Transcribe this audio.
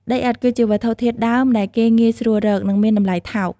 ដីឥដ្ឋ គឺជាវត្ថុធាតុដើមដែលគេងាយស្រួលរក និងមានតម្លៃថោក។